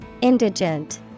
Indigent